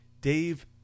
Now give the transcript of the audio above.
Dave